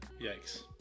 Yikes